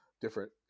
different